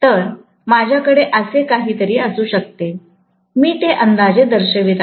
तर माझ्या कडे असे काही तरी असू शकते मी ते अंदाजे दर्शवित आहे